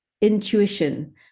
intuition